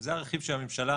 זה הרכיב שהממשלה